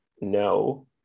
no